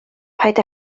paid